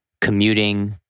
commuting